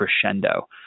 crescendo